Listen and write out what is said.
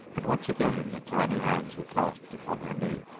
and once again the tiny hands were clasped upon her knee,